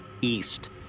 east